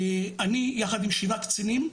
אני יחד עם שבעה קצינים,